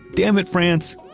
dammit, france!